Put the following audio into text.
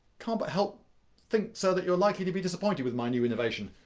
can't but help think, sir, that you're likely to be disappointed with my new innovation.